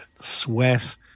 sweat